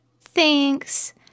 Thanks